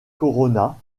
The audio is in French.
corona